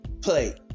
play